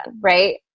Right